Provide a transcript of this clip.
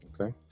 Okay